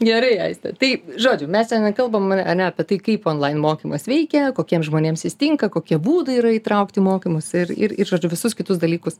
gerai aiste tai žodžiu mes šiandien kalbam ane apie tai kaip online mokymas veikia kokiems žmonėms jis tinka kokie būdai yra įtraukt į mokymus ir ir ir žodžiu visus kitus dalykus